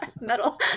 metal